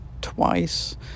twice